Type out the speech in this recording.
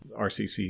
RCC